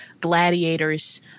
gladiators